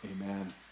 Amen